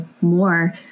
more